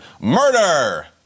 Murder